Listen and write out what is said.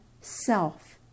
self